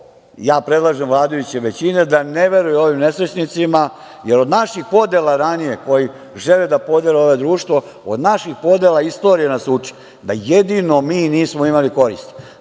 ja predlažem vladajućoj većini, da ne veruju ovim nesrećnicima jer od naših podela ranije, koji žele da podele ovo društvo, od naših podela, a istorija nas uči, da jedino mi nismo imali koristi.